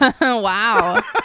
wow